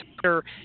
Twitter